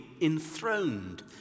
enthroned